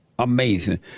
amazing